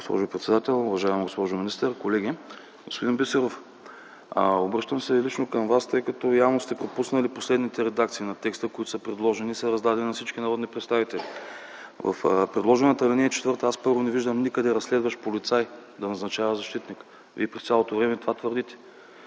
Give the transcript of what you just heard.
Господин Бисеров, обръщам се лично към Вас, тъй като явно сте пропуснали последните редакции на текста, които са предложени и са раздадени на всички народни представители. Първо, в предложената ал. 4 аз не виждам никъде разследващ полицай да назначава защитник. Вие през цялото време това твърдите.